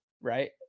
right